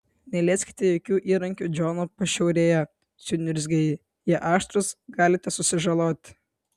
nelieskite jokių įrankių džono pašiūrėje suniurzgė ji jie aštrūs galite susižaloti